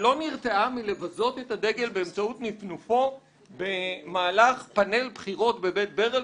שלא נרתעה מלבזות את הדגל באמצעות נפנופו במהלך פאנל בחירות בבית ברל,